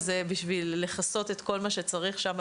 בשביל לכסות את כל מה שצריך שם,